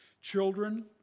Children